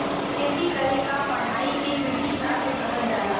खेती करे क पढ़ाई के कृषिशास्त्र कहल जाला